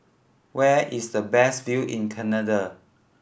where is the best view in Canada